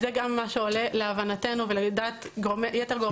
זה גם מה שעולה להבנתנו ולדעת יתר גורמי המשרד.